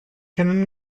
can